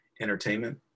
entertainment